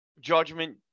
judgment